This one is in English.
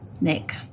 Nick